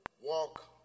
walk